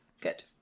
Good